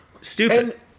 Stupid